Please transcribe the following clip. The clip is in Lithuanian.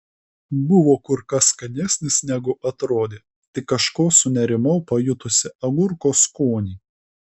buvo kur kas skanesnis negu atrodė tik kažko sunerimau pajutusi agurko skonį